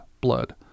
blood